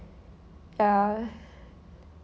ya